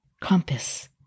compass